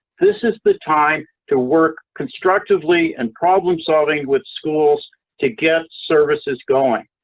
this is the time to work constructively and problem solving with schools to get services going.